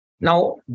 Now